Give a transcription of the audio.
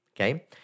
okay